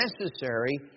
necessary